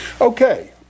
Okay